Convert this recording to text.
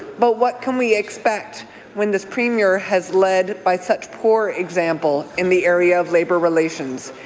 but what can we expect when this premier has led by such poor example in the area of labour relations?